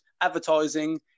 advertising